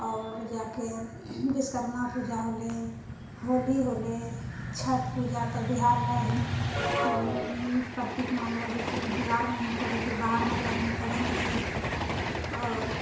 आओर जाके विश्वकर्मा पूजा होलै होली होलै छठ पूजा तऽ बिहारमे ओहिना प्रतीक मानलऽ जाइ छै कि बिहारमे ही करै छै बाहरमे तऽ आदमी करै नहि छै आओर